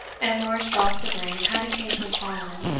and large drops of rain had occasionally fallen,